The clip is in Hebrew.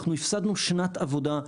אנחנו הפסדנו שנת עבודה.